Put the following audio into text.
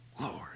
Lord